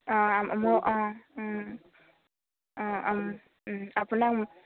অঁ ম অঁ অঁ আপোনাক